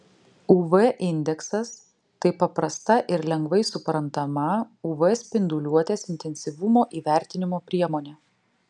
uv indeksas tai paprasta ir lengvai suprantama uv spinduliuotės intensyvumo įvertinimo priemonė